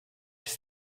ist